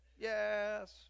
yes